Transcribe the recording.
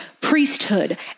priesthood